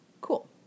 Cool